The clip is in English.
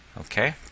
Okay